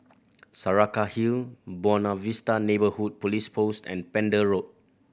Saraca Hill Buona Vista Neighbourhood Police Post and Pender Road